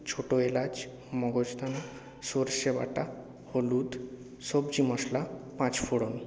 ছোট এলাচ মগজ দানা সর্ষে বাটা হলুদ সবজি মশলা পাঁচ ফোড়ন